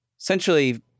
essentially